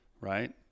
right